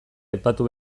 aipatu